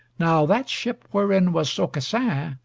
now that ship wherein was aucassin,